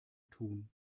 tun